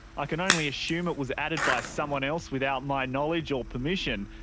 i can only assume it was added by someone else without my knowledge or permission,